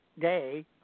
day